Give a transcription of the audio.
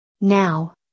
Now